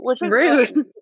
Rude